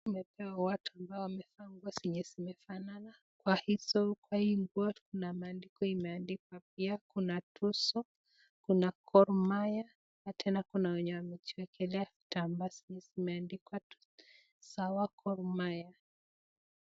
Tumepewa watu ambao wamevaa nguo zenye zimefanana, kwa hii nguo kuna maandiko imeandikwa pia kuna tuzo, kuna gormahia. Tena kuna wenye wamejiwekelea vitambaa zenye zimeandikwa tuzo, sawa gormahia.